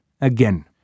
again